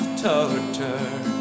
torture